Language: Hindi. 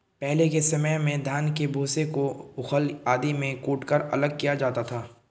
पहले के समय में धान के भूसे को ऊखल आदि में कूटकर अलग किया जाता था